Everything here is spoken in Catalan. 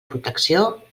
protecció